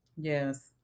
Yes